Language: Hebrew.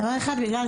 דיברו